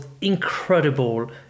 incredible